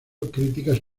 críticas